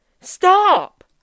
Stop